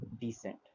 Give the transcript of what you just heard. decent